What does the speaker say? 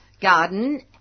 Garden